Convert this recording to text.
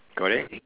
correct